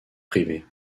privée